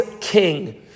king